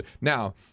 Now